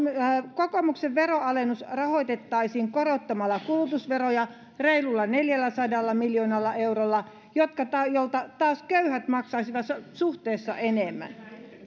kokoomuksen veronalennus rahoitettaisiin korottamalla kulutusveroja reilulla neljälläsadalla miljoonalla eurolla ja taas köyhät maksaisivat suhteessa enemmän